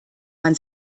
man